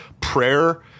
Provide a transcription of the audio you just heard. Prayer